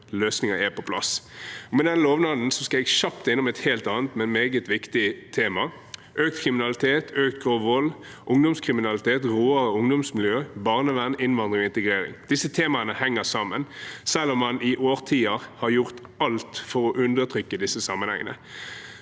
løsninger er på plass. Med den lovnaden skal jeg kjapt innom et helt annet, men meget viktig tema: økt forekomst av kriminalitet og grov vold, ungdomskriminalitet og råere ungdomsmiljøer, barnevern, innvandring og integrering. Disse temaene henger sammen, selv om man i årtier har gjort alt for å undertrykke disse sammenhengene.